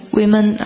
women